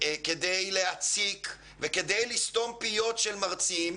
כדי להציק וכדי לסתום פיות של מרצים,